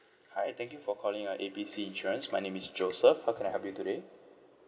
hi thank you for calling uh A B C insurance my name is joseph how can I help you today